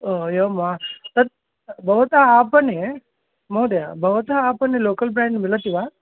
ओ एवं वा तत् भवतः आपणे महोदय भवतः आपणे लोकल् ब्रेण्ड् मिलति वा